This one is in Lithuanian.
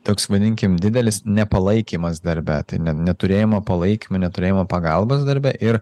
toks vadinkim didelis nepalaikymas darbe tai ne neturėjimo palaikymo neturėjimo pagalbos darbe ir